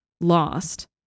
lost